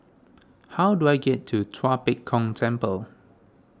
how do I get to Tua Pek Kong Temple